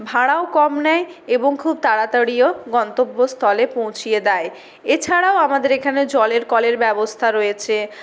ভাড়াও কম নেয় এবং খুব তাড়াতাড়িও গন্তব্যস্থলে পৌঁছিয়ে দেয় এছাড়াও আমাদের এখানে জলের কলের ব্যবস্থা রয়েছে